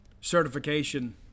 certification